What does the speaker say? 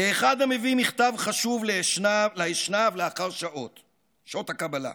"כאחד המביא מכתב חשוב לאשנב לאחר שעות / הקבלה: